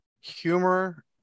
humor